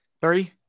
three